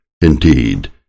Indeed